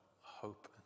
hope